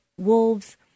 Wolves